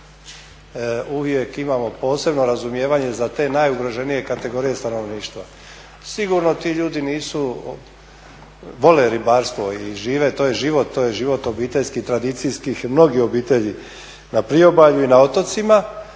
uvijek imamo posebno razumijevanje za te najugroženije kategorije stanovništva. Sigurno ti ljudi nisu, vole ribarstvo i žive taj život, to je život obiteljski, tradicijskih mnogih obitelji na priobalju i otocima